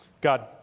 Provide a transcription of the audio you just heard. God